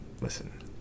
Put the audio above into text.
Listen